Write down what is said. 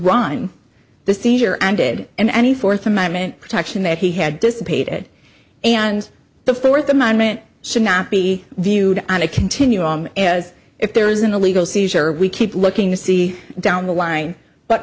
run the seizure and did and any fourth amendment protection that he had dissipated and the fourth amendment should not be viewed on a continuum as if there is an illegal seizure we keep looking to see down the line but